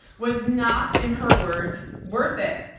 was not in her words worth it.